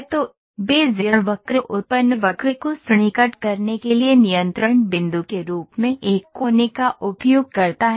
तो बेज़ियर वक्र उत्पन्न वक्र को सन्निकट करने के लिए नियंत्रण बिंदु के रूप में एक कोने का उपयोग करता है